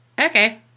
Okay